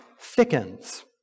thickens